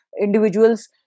individuals